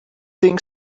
think